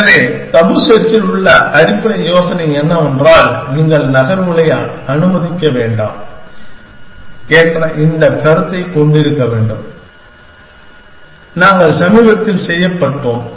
எனவே தபு செர்ச்சில் உள்ள அடிப்படை யோசனை என்னவென்றால் நீங்கள் நகர்வுகளை அனுமதிக்க வேண்டாம் என்ற இந்த கருத்தை கொண்டிருக்க வேண்டும் நாங்கள் சமீபத்தில் செய்யப்பட்டோம்